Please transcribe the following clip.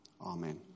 Amen